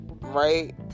right